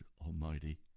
Almighty